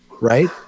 right